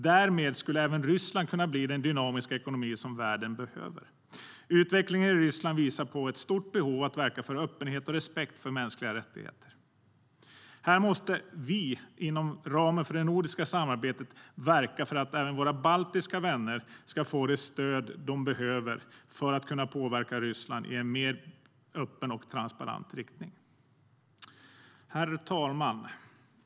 Därmed skulle även Ryssland kunna bli den dynamiska ekonomi som världen behöver. Utvecklingen i Ryssland visar på ett stort behov av att verka för öppenhet och respekt för mänskliga rättigheter. Här måste vi inom ramen för det nordiska samarbetet verka för att även våra baltiska vänner ska få det stöd de behöver för att kunna påverka Ryssland i en betydligt mer öppen och transparent riktning. Herr talman!